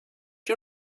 you